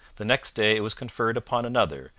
the next day it was conferred upon another,